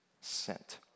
sent